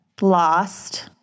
lost